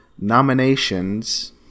nominations